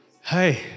hi